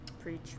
Preach